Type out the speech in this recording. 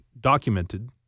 documented